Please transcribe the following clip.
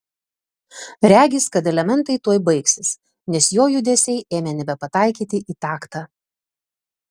regis kad elementai tuoj baigsis nes jo judesiai ėmė nebepataikyti į taktą